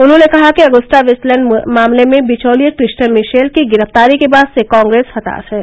उन्होंने कहा कि अगुस्ता वेस्टलैण्ड मामले में बिचौलिए क्रिरिचयन मिशेल की गिरफ्तारी के बाद से कांग्रेस हताश है